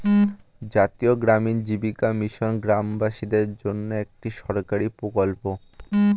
জাতীয় গ্রামীণ জীবিকা মিশন গ্রামবাসীদের জন্যে একটি সরকারি প্রকল্প